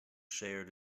shared